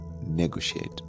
negotiate